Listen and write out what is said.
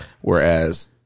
Whereas